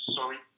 Sorry